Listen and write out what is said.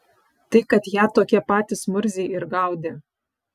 tai kad ją tokie patys murziai ir gaudė